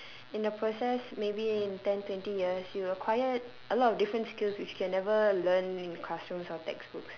in your process maybe in ten twenty years you acquire a lot of different skills which you can never learn in classrooms or textbooks